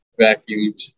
vacuumed